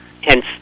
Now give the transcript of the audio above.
Hence